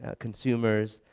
ah consumers,